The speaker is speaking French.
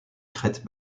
crêtes